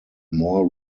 more